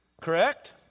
Correct